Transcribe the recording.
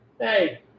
Hey